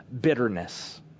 bitterness